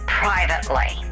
privately